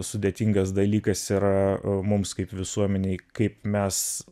sudėtingas dalykas yra mums kaip visuomenei kaip mes